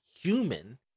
human